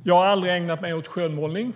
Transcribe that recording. Jag har aldrig ägnat mig åt skönmålning.